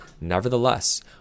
Nevertheless